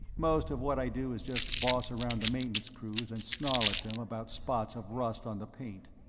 most of what i do is just boss around the maintenance crews and snarl at them about spots of rust on the paint.